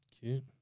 Cute